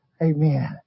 Amen